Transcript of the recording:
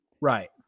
Right